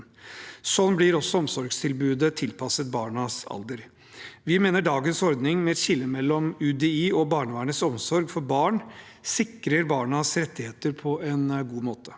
Sånn blir også omsorgstilbudet tilpasset barnas alder. Vi mener dagens ordning, med et skille mellom UDIs og barnevernets omsorg for barn, sikrer barnas rettigheter på en god måte.